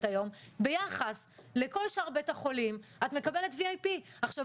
היום - ביחס לכל שאר בית החולים את מקבלת VIP. עכשיו,